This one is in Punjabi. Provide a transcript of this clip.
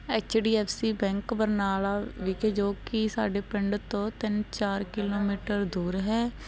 H D F C bank Barnala ਵਿਖੇ ਜੋ ਕਿ ਸਾਡੇ ਪਿੰਡ ਤੋਂ ਤਿੰਨ ਚਾਰ ਕਿਲੋਮੀਟਰ ਦੂਰ ਹੈ